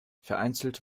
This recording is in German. vereinzelt